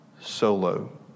solo